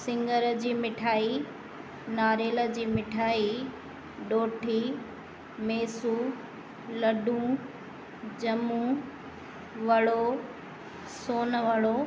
सिङर जी मिठाई नारेल जी मिठाई ॾोठी मेसू लड्डूं ॼम्मू वड़ो सोन वड़ो